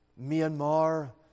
Myanmar